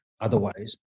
otherwise